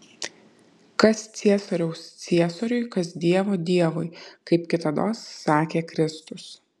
kas ciesoriaus ciesoriui kas dievo dievui kaip kitados sakė kristus